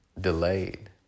Delayed